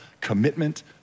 commitment